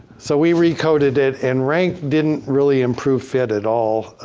so, we recoded it and rank didn't really improve fit at all.